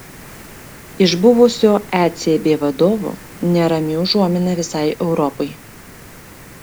iš buvusio ecb vadovo nerami užuomina visai europai